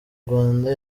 rwanda